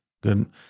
Good